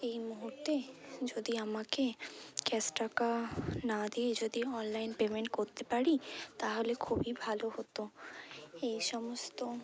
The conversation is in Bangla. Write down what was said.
এই মুহুর্তে যদি আমাকে ক্যাশ টাকা না দিয়ে যদি অনলাইন পেমেন্ট করতে পারি তাহলে খুবই ভালো হতো এই সমস্ত